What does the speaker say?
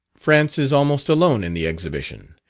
france is almost alone in the exhibition,